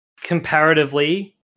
comparatively